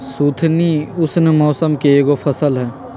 सुथनी उष्ण मौसम के एगो फसल हई